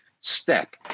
step